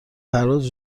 پرواز